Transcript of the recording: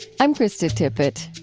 i'm krista tippett.